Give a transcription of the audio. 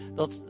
dat